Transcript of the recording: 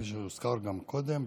כפי שהוזכר גם קודם,